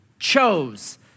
Chose